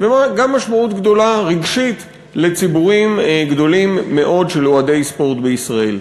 וגם משמעות גדולה רגשית לציבורים גדולים מאוד של אוהדי ספורט בישראל.